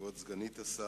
כבוד סגנית השר,